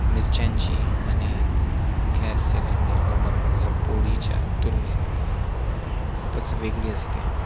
मिरच्यांची आणि गॅस सिलेंडरवर बनवलेल्या पोळीच्या तुलनेत खूपच वेगळी असते